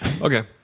Okay